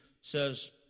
says